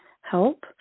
help